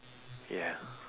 yeah